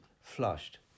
flushed